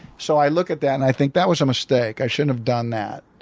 so i look at that and i think that was a mistake i shouldn't have done that.